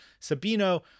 Sabino